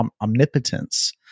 omnipotence